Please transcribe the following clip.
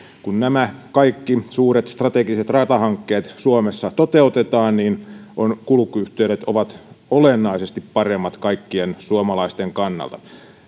kun nämä kaikki suuret strategiset ratahankkeet suomessa toteutetaan niin kulkuyhteydet ovat olennaisesti paremmat kaikkien suomalaisten kannalta